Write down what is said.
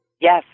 Yes